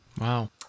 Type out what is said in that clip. Wow